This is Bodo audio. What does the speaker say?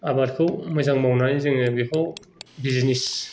आबादखौ मोजां मावनानै जोङो बेखौ बिजनेस